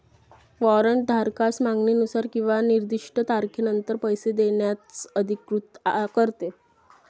warrant धारकास मागणीनुसार किंवा निर्दिष्ट तारखेनंतर पैसे देण्यास अधिकृत करते